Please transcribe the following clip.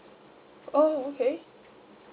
oh okay